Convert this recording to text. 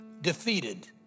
defeated